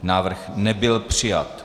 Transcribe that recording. Návrh nebyl přijat.